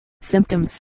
Symptoms